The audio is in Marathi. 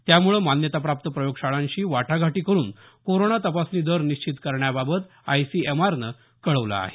त्यामुळे मान्यताप्राप्त प्रयोगशाळांशी वाटाघाटी करून कोरोना तपासणी दर निश्चित करण्याबाबत आयसीएमआरने कळवलं आहे